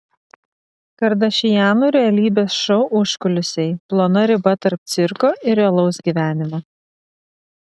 kardašianų realybės šou užkulisiai plona riba tarp cirko ir realaus gyvenimo